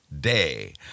day